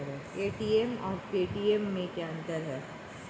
ATM और Paytm में क्या अंतर है?